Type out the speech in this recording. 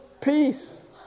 peace